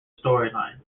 storylines